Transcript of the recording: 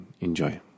Enjoy